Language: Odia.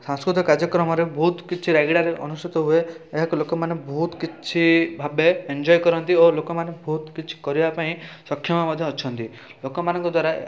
ସାଂସ୍କୃତିକ କାର୍ଯ୍ୟକ୍ରମରେ ବହୁତ କିଛି ରାୟଗଡ଼ାରେ ଅନୁଷ୍ଠିତ ହୁଏ ଏହାକୁ ଲୋକମାନେ ବହୁତ କିଛି ଭାବେ ଏନ୍ଜୟ କରନ୍ତି ଓ ଲୋକମାନେ ବହୁତ କିଛି କରିବାପାଇଁ ସକ୍ଷମ ମଧ୍ୟ ଅଛନ୍ତି ଲୋକମାନଙ୍କ ଦ୍ୱାରା